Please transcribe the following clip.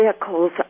vehicles